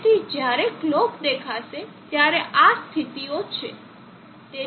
તેથી જ્યારે કલોક દેખાશે ત્યારે આ સ્થિતિઓ છે